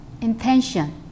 intention